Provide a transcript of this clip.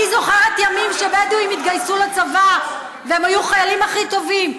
אני זוכרת ימים שבדואים התגייסו לצבא והם היו החיילים הכי טובים.